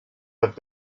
have